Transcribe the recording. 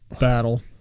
battle